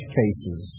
cases